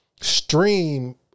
stream